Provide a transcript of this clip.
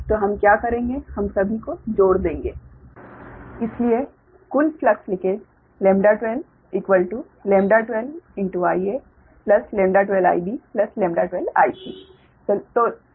तो हम क्या करेंगे हम सभी को जोड़ देंगे इसलिए कुल flux linkage 12 12Ia 12Ib12Ic 12Ic वैसे भी यह 0 है